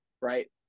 Right